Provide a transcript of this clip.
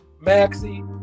Maxie